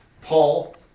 Paul